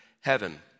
heaven